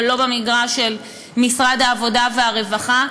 ולא במגרש של משרד העבודה והרווחה.